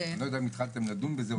אני לא יודע אם התחלתם לדון בזה.